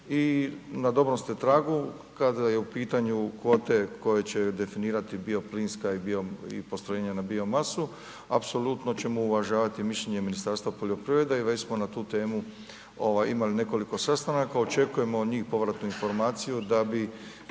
i na dobrom ste tragu, kada je u pitanju kvote koje će definirati bioplinska i postrojenja na biomasu, apsolutno ćemo uvažavati mišljenje Ministarstva poljoprivrede i već smo na tu temu imali nekoliko sastanaka. Očekujemo od njih povratnu informaciju da bi